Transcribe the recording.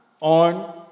on